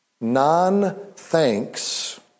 Non-thanks